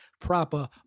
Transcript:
proper